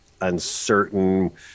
uncertain